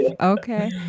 Okay